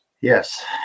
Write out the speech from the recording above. Yes